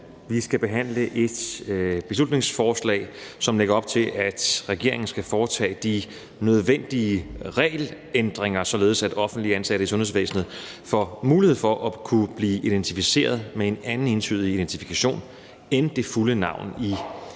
Vi skal behandle et beslutningsforslag, som lægger op til, at regeringen skal foretage de nødvendige regelændringer, således at offentligt ansatte i sundhedsvæsenet får mulighed for at kunne blive identificeret med en anden entydig identifikation end det fulde navn i